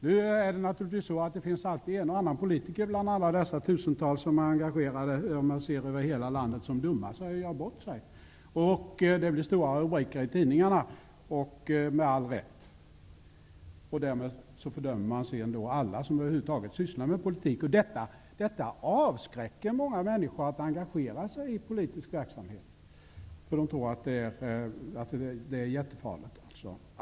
Det finns naturligtvis alltid en och annan politiker, bland alla dessa tusentals som är engagerade över hela landet, som dummar sig och gör bort sig, och det blir stora rubriker i tidningarna -- med all rätt. Därmed fördömer man alla som över huvud taget sysslar med politik. Detta avskräcker många människor från att engagera sig i politisk verksamhet, då de tror att det är farligt.